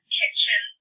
kitchen